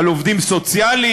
על עובדים סוציאליים,